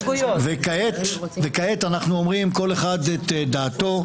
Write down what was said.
וכעת אנחנו אומרים כל אחד את דעתו.